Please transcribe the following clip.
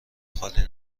خالی